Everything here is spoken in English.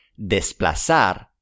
desplazar